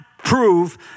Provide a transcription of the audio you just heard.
Prove